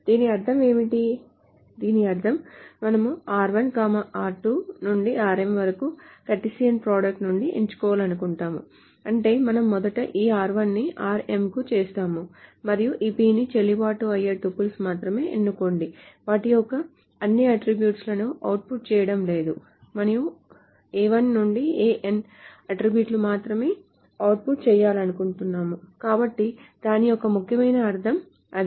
దీని అర్థం ఏమిటి దీని అర్థం మనము r1 r2 నుండి rm వరకు కార్టిసియన్ ప్రొడక్ట్ నుండి ఎంచుకోవాలనుకుంటున్నాము అంటే మనం మొదట ఈ r1 ని rm కు చేస్తాము మరియు ఈ P చెల్లుబాటు అయ్యే టపుల్స్ మాత్రమే ఎంచుకోండి వాటి యొక్క అన్నిఅట్ట్రిబ్యూట్ లను అవుట్పుట్ చేయడం లేదు మనము A1 నుండి An అట్ట్రిబ్యూట్లను మాత్రమే అవుట్పుట్ చేయాలనుకుంటున్నాము కాబట్టి దాని యొక్క ముఖ్యమైన అర్థం అది